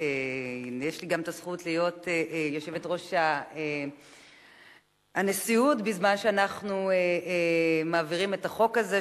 שיש לי גם הזכות להיות היושבת-ראש בזמן שאנחנו מעבירים את החוק הזה,